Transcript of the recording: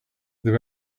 they